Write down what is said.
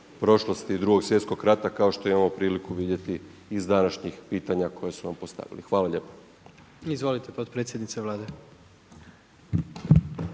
prošlosti Drugog svjetskog rata kao što imamo priliku vidjeti iz današnjih pitanja koja su vam postavili. Hvala lijepa. **Jandroković, Gordan